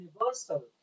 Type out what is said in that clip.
universal